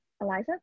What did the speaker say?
Eliza